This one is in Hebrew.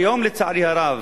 כיום, לצערי הרב,